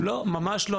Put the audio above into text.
ממש לא.